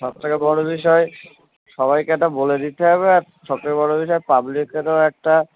সবথেকে বড় বিষয় সবাইকে এটা বলে দিতে হবে আর সবথেকে বড় বিষয় পাবলিকেরও একটা